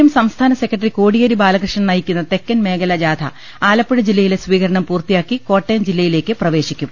M സംസ്ഥാന secretary Kodiyeri Balakrishnan നയിക്കുന്ന തെക്കൻ മേഖലജാഥ ആലപ്പുഴ ജില്ലയിലെ സ്വീകരണം പൂർത്തിയാക്കി കോട്ടയം ജില്ലയിലേക്ക് പ്രവേശിക്കും